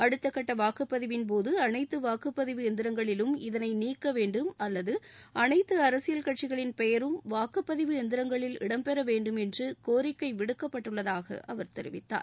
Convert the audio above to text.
அடுத்த கட்ட வாக்குப் பதிவின்போது அனைத்து வாக்குப் பதிவு எந்திரங்களிலும் இதனை நீக்க வேண்டும் அல்லது அனைத்து அரசியல் கட்சிகளின் பெயரும் வாக்குப் பதிவு எந்திரங்களில் இடம் பெற வேண்டும் என்று கோரிக்கை விடுக்கப்பட்டுள்ளதாக தெரிவித்தார்